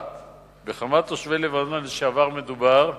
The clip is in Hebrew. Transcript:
1. בכמה תושבי לבנון לשעבר מדובר?